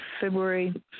february